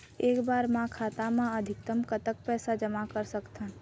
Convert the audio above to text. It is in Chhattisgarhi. एक बार मा खाता मा अधिकतम कतक पैसा जमा कर सकथन?